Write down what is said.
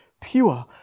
pure